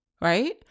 right